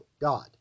god